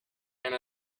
and